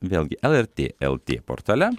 vėlgi lrt lt portale